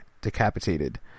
decapitated